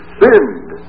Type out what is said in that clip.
sinned